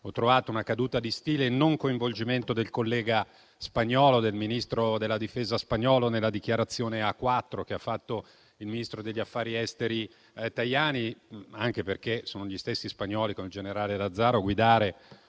Ho trovato una caduta di stile il non coinvolgimento del Ministro della difesa spagnolo nella dichiarazione a quattro che ha fatto il ministro degli affari esteri Tajani, anche perché sono gli stessi spagnoli, con il generale Lazaro, a guidare